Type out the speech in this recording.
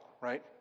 right